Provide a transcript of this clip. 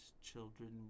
children